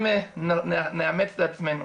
אם נאמץ לעצמנו